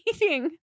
meeting